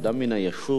אדם מן היישוב,